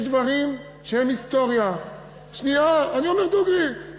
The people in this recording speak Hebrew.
יש דברים שהם היסטוריה, אני אומר דוגרי.